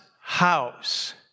house